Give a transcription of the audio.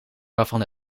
waarvan